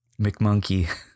McMonkey